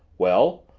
well,